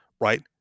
right